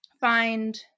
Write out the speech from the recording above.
find